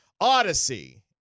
Odyssey